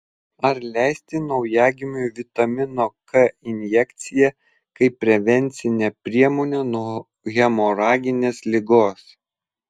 ar leisti naujagimiui vitamino k injekciją kaip prevencinę priemonę nuo hemoraginės ligos